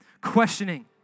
questioning